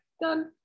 done